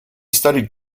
studied